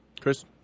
Chris